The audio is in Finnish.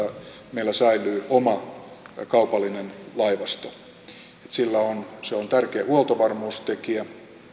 meillä säilyy oma kaupallinen laivasto se on tärkeä huoltovarmuustekijä